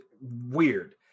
weird